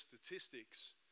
statistics